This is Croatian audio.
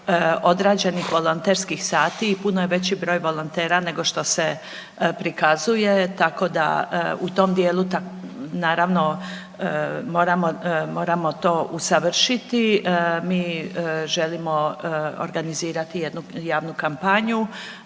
odrađenih volonterskih sati i puno je veći broj volontera nego što se prikazuje, tako da u tom dijelu naravno moramo to usavršiti. Mi želimo organizirati jednu javnu kampanju